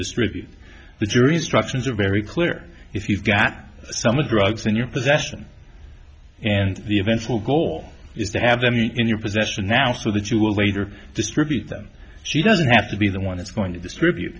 distribute the jury instructions are very clear if you've got some a drugs in your possession and the eventual goal is to have them in your possession now so that you will later distribute them she doesn't have to be the one that's going to distribute